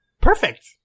Perfect